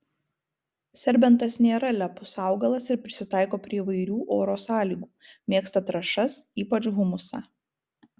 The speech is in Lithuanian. serbentas nėra lepus augalas ir prisitaiko prie įvairių oro sąlygų mėgsta trąšas ypač humusą